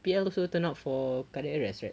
P_L also turn out for cardiac arrest right